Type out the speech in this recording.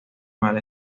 mal